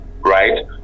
right